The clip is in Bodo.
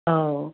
औ